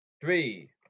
Three